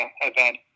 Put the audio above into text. event